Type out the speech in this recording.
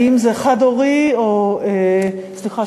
האם זה חד-הורי או: סליחה,